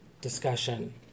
discussion